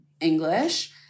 English